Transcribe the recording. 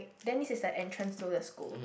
that means it's the entrance to the school